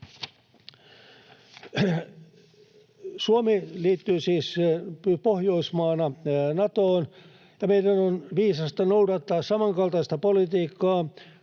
Suomi liittyy siis Pohjoismaana Natoon, ja meidän on viisasta noudattaa samankaltaista politiikkaa